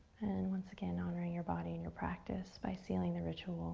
and once again, honoring your body and your practice by sealing the ritual